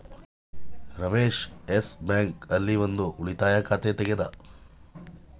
Ramesh Yes Bank ಆಲ್ಲಿ ಒಂದ್ ಉಳಿತಾಯ ಖಾತೆ ತೆಗೆದ